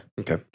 Okay